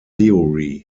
theory